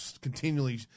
continually